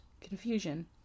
confusion